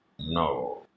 no